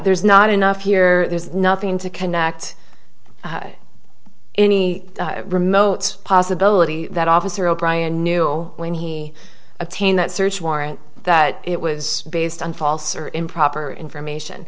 there's not enough here there's nothing to connect any remote possibility that officer o'brien knew when he obtained that search warrant that it was based on false or improper information